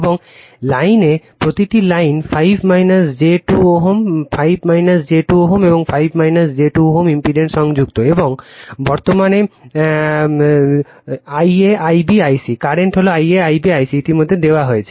এবং লাইনে প্রতিটি লাইন 5 j 2 Ω 5 j 2 Ω এবং 5 j 2 Ω ইম্পিডেন্স সংযুক্ত এবং বর্তমান Ia Ib I c ইতিমধ্যে দেওয়া হয়েছে